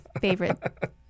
favorite